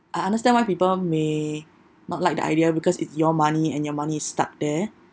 I understand why people may not like the idea because it's your money and your money is stuck there